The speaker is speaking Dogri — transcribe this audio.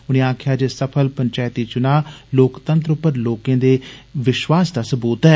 उनें आक्खेआ जे सफल पंचैती चुना लोकतंत्र पर लोकें दे समुचे विष्वास दा सबूत ऐ